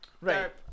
right